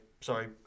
Sorry